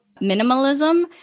Minimalism